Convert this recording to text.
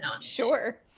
Sure